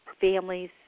Families